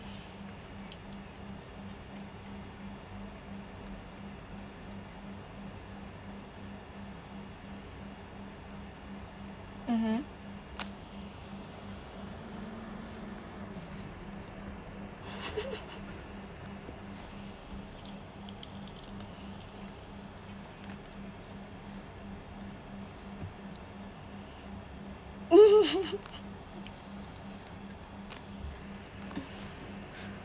mmhmm